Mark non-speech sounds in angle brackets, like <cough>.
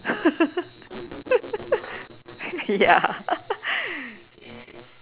<laughs> ya <laughs>